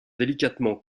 délicatement